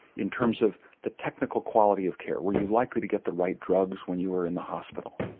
in terms of the technical quality of care were you likely to get the right drugs when you were in the hospital?